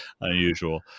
unusual